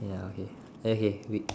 ya okay okay we